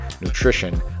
nutrition